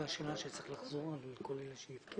בינתיים עוד אין לנו מישהו שהוא המפקח.